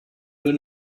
will